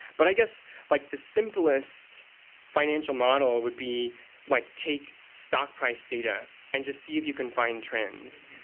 but i guess like the simplest financial model would be like take stock price data and just see if you can find trends.